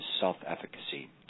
self-efficacy